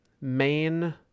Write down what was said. main